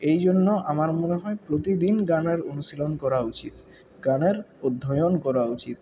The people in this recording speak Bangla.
এইজন্য আমার মনে হয় প্রতিদিন গানের অনুশীলন করা উচিত গানের অধ্যয়ন করা উচিত